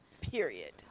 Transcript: Period